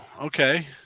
okay